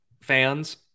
fans